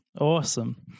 Awesome